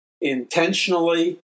intentionally